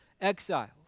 exiles